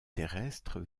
terrestre